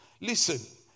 Listen